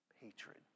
hatred